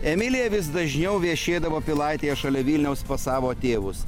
emilija vis dažniau viešėdavo pilaitėje šalia vilniaus pas savo tėvus